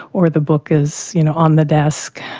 or the book is you know on the desk,